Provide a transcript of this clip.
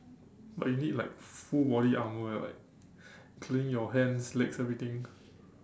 but you need like full body armour eh like including your hands legs everything